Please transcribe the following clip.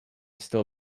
still